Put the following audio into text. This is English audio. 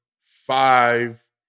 Five